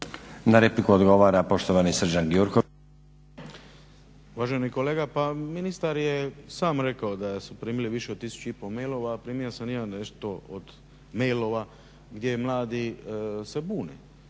Na repliku odgovara poštovani Srđan Gjurković. **Gjurković, Srđan (HNS)** Uvaženi kolega, pa ministar je sam rekao da su primili više od 1500 mailova, a primio sam i ja nešto od mailova gdje mladi se bune.